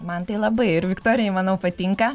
man tai labai ir viktorijai manau patinka